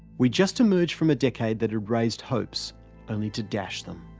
we'd just emerged from a decade that had raised hopes only to dash them.